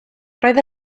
roedd